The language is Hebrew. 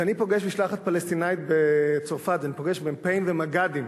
כשאני פוגש משלחת פלסטינית בצרפת, ואני